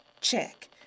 Check